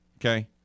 okay